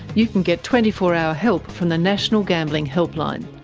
you can get twenty four hour help from the national gambling helpline,